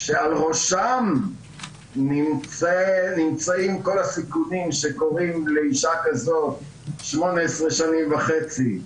שעל ראשם נמצאים כל הסיכונים שקורים לאישה כזו 18 שנים וחצי,